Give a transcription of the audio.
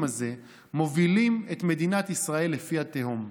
הזה מובילים את מדינת ישראל לפי התהום.